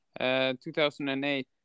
2008